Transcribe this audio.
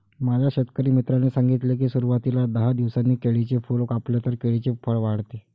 माझ्या शेतकरी मित्राने सांगितले की, सुरवातीला दहा दिवसांनी केळीचे फूल कापले तर केळीचे फळ वाढते